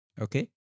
okay